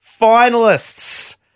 finalists